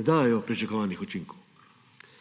ne dajo pričakovanih učinkov.